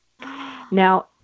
Now